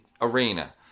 arena